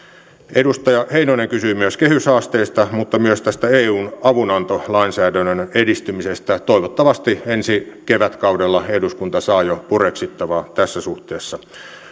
edustaja heinonen kysyi myös kehyshaasteista mutta myös tästä eun avunantolainsäädännön edistymisestä toivottavasti ensi kevätkaudella eduskunta saa jo pureksittavaa tässä suhteessa